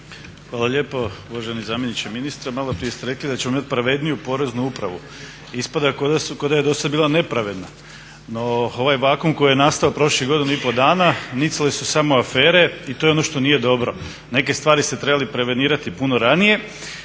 Hvala lijepo. Uvaženi zamjeniče ministra. Malo prije ste rekli da ćemo imati pravedniju poreznu upravu. Ispada kao da je do sada bila nepravedna. No ovaj vakuum koji je nastao prošlu godinu i pol dana nicale su samo afere i to je ono što nije dobro. Neke stvari ste trebali prevenirati puno ranije.